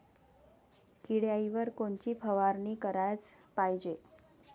किड्याइवर कोनची फवारनी कराच पायजे?